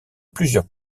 plusieurs